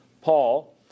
Paul